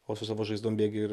o su savo žaizdom bėgi ir